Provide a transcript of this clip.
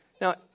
Now